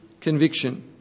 conviction